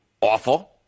Awful